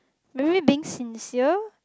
maybe being sincere